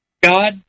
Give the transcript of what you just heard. God